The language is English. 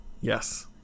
Yes